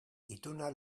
ituna